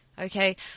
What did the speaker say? Okay